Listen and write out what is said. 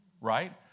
right